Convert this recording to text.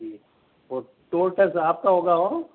जी toll tax आपका होगा हो